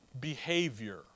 behavior